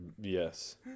Yes